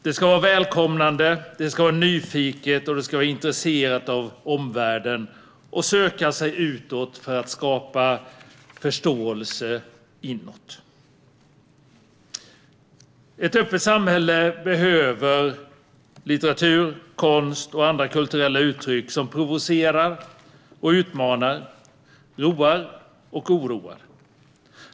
Det ska vara välkomnande, det ska vara nyfiket och det ska vara intresserat av omvärlden och söka sig utåt för att skapa förståelse inåt. Ett öppet samhälle behöver litteratur, konst och andra kulturella uttryck som provocerar och utmanar, roar och oroar.